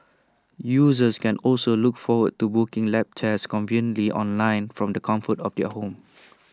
users can also look forward to booking lab tests conveniently online from the comfort of their home